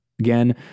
Again